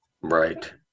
Right